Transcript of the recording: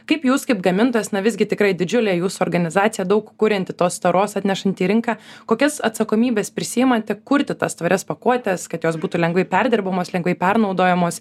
kaip jūs kaip gamintojas na visgi tikrai didžiulė jūsų organizacija daug kurianti tos taros atnešanti į rinką kokias atsakomybes prisiimate kurti tas tvarias pakuotes kad jos būtų lengvai perdirbamos lengvai pernaudojamos